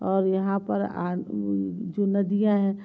और यहाँ पर जो नदियाँ हैं